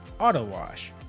autowash